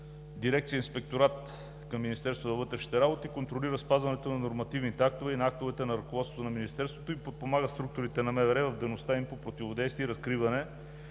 Дирекция „Инспекторат“ към Министерството на вътрешните работи контролира спазването на нормативните актове и на актовете на ръководството на Министерството, подпомага структурите на МВР в дейността им по противодействие и разкриване